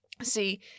See